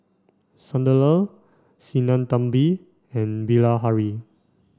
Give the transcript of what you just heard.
Sunderlal Sinnathamby and Bilahari